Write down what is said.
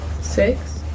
Six